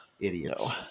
Idiots